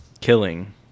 killing